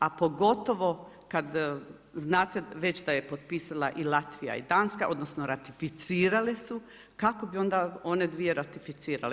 A pogotovo kada znate već da je potpisala i Latvija i Danska, odnosno ratificirale su, kako bi onda one dvije ratificirale?